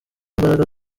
imbaraga